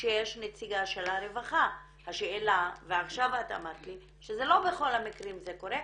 שיש נציגה של הרווחה ועכשיו אמרת לי שלא בכל המקרים זה קורה,